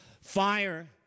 Fire